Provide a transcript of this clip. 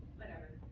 whatever.